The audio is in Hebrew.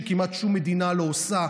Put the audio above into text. שכמעט שום מדינה לא עושה,